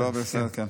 כן.